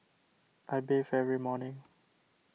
I bathe every morning